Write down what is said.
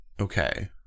Okay